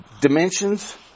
Dimensions